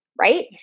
Right